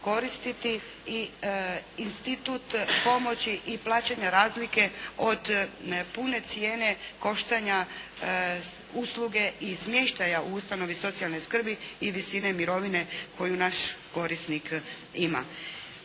koristiti i institut pomoći i plaćanja razlike od pune cijene koštanja usluge i smještaja u ustanovi socijalne skrbi i visine mirovine koju naš korisnik ima.